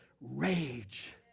rage